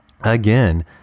Again